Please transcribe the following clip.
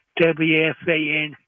WFAN